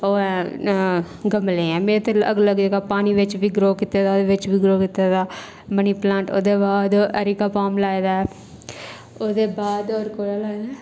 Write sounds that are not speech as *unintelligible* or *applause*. ओह् ऐ गमले ऐं में ते एह् *unintelligible* पानी बिच्च बी ग्रो कीते दा ते ओह्दे बिच्च बी ग्रो कीते दा मनी प्लांट ओह्दे बाद एरिकाबाम लाए दा ऐ ओह्दे बाद होर कोह्दा लाए दा ऐ